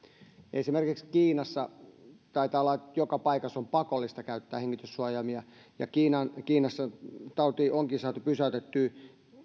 esimerkiksi kiinassa taitaa olla joka paikassa pakollista käyttää hengityssuojaimia ja kiinassa tauti onkin saatu pysäytettyä